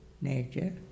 nature